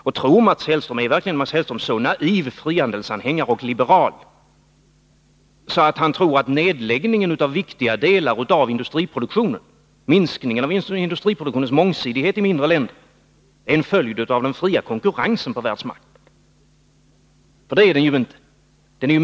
Och är verkligen Mats Hellström en så naiv frihandelsanhängare och liberal att han tror att en nedläggning av viktiga delar av industriproduktionen, minskning av industriproduktionens mångsidighet i mindre länder, är en följd av den fria konkurrensen på världsmarknaden? Så är det ju inte.